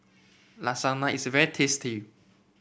lasagna is very tasty